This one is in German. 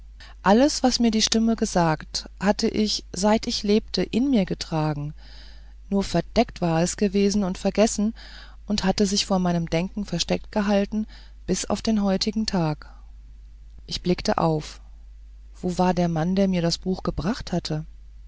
alles was mir die stimme gesagt hatte ich seit ich lebte in mir getragen nur verdeckt war es gewesen und vergessen und hatte sich vor meinem denken versteckt gehalten bis auf den heutigen tag ich blickte auf wo war der mann der mir das buch gebracht hatte